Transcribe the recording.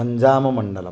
गञ्जाममण्डलं